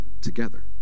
together